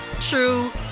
true